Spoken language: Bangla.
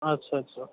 আচ্ছা আচ্ছা